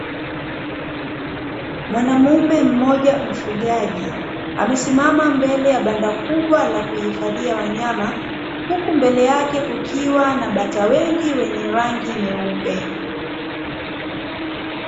Mwanamume mmoja mfugaji amesimama mbele ya banda kubwa la kuhifadhia wanyama, Huku mbele yake kukiwa na bata wengi wenye rangi nyeupe.